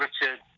Richard